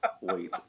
Wait